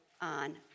on